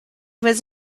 was